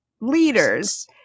leaders